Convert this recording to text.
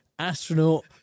Astronaut